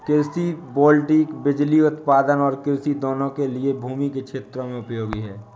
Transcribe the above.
कृषि वोल्टेइक बिजली उत्पादन और कृषि दोनों के लिए भूमि के क्षेत्रों में उपयोगी है